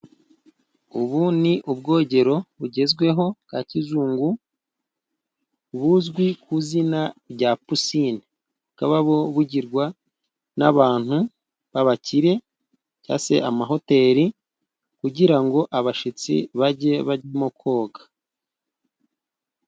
Ubu ni ubwogero bugezweho bwa kizungu buzwi ku izina rya pisine, bukaba bugirwa n'abantu b'abakire cyangwa se amahoteli , kugira ngo abashyitsi bajye bajyamo koga.